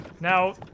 now